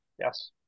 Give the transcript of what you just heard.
Yes